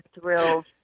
thrilled